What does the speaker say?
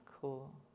Cool